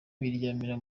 biryamira